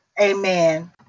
Amen